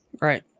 Right